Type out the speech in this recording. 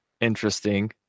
interesting